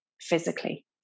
physically